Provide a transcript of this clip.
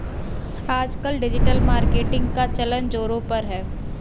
आजकल digital marketing का चलन ज़ोरों पर है